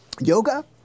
yoga